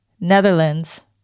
Netherlands